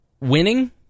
winning